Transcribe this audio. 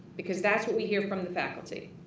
because that's what we hear from the faculty.